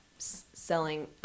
Selling